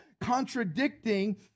contradicting